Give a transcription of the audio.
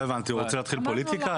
אתה רוצה להתחיל פוליטיקה?